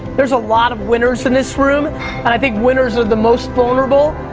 there's a lot of winners in this room, and i think winners are the most vulnerable,